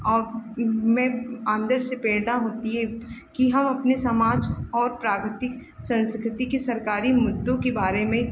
और मैं अन्दर से प्रेरणा होती है कि हम अपने समाज और सँस्कृति की सरकारी मुद्दों के बारे में